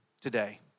today